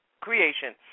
creation